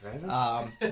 right